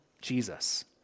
Jesus